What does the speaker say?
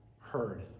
heard